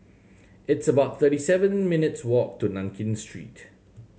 it's about thirty seven minutes' walk to Nankin Street